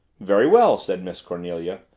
very well, said miss cornelia,